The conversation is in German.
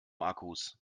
akkus